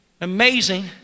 Amazing